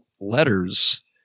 letters-